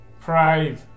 pride